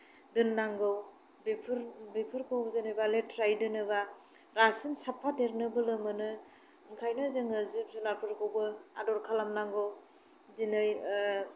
दोन्नांगौ बेफोर बेफोरखौ जेनेबा लेथ्रायै दोनोबा रासिन साबफादेरनो बोलो मोनो ओंखायनो जोङो जिब जुनारफोरखौबो आदर खालामनांगौ दिनै